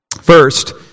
First